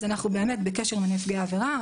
אז אנחנו בקשר עם נפגעי העבירה.